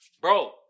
Bro